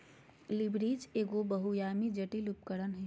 leverage एगो बहुआयामी, जटिल उपकरण हय